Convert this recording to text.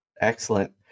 Excellent